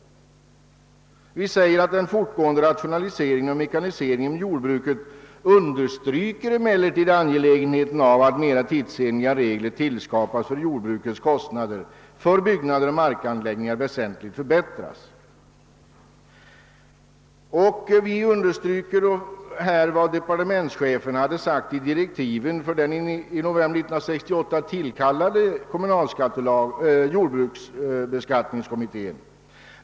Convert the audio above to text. Utskottet anför att den fortgående rationaliseringen och mekaniseringen inom jordbruket understryker »angelägenheten av att mera tidsenliga regler tillskapas i fråga om jordbrukets kostnader för byggnader och markanläggningar» och understryker vidare vad departementschefen sagt i direktiven för den i november 1968 tillkallade jordbruksbeskattningskommittén.